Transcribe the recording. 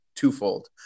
twofold